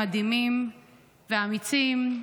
המדהימים והאמיצים,